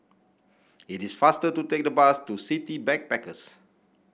it is faster to take the bus to City Backpackers